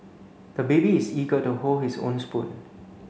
the baby is eager to hold his own spoon